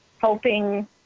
helping